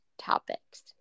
topics